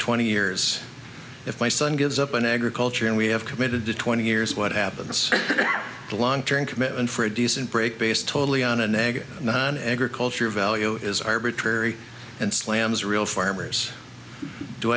twenty years if my son gives up on agriculture and we have committed to twenty years what happens to low entering commitment for a decent break based totally on a negative non agricultural value is arbitrary and slams real farmers do